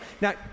Now